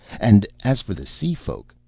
and as for the sea-folk,